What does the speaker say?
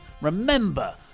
remember